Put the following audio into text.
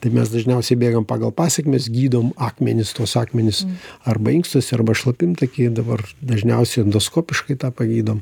tai mes dažniausiai bėgam pagal pasekmes gydom akmenis tuos akmenis arba inkstuose arba šlapimtaky dabar dažniausiai endoskopiškai tą pagydom